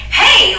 hey